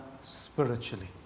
spiritually